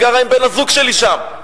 אני גרה עם בן-הזוג שלי שם.